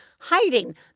hiding